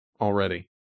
already